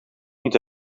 niet